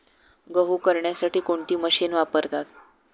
गहू करण्यासाठी कोणती मशीन वापरतात?